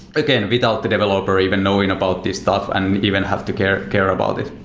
again, without the developer even knowing about this stuff and even have to care care about it.